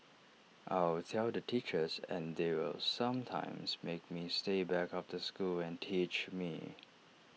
I'll tell the teachers and they will sometimes make me stay back after school and teach me